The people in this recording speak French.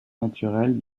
naturelle